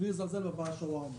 בלי לזלזל בבעל שווארמה,